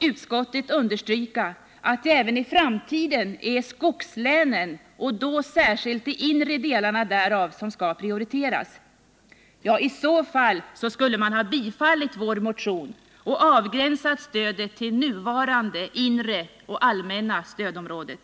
utskottet understryka att det även i framtiden är skogslänen och då särskilt de inre delarna därav som skall prioriteras. I så fall skulle man ha tillstyrkt vår motion och avgränsat stödet till nuvarande inre och allmänna stödområdet.